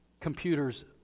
computer's